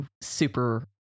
super